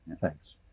Thanks